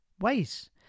ways